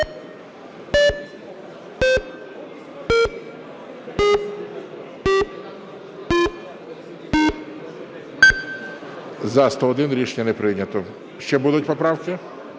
За-101 Рішення не прийнято. Ще будуть поправки?